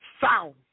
sound